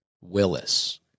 Willis